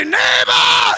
neighbor